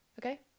Okay